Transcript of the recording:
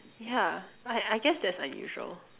yeah I I guess that's unusual